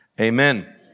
Amen